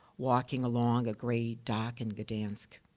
walking along a gray dock in gdansk,